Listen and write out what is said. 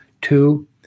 Two